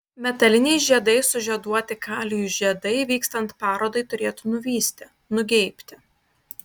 metaliniais žiedais sužieduoti kalijų žiedai vykstant parodai turėtų nuvysti nugeibti